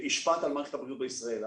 השפעת על מערכת הבריאות בישראל.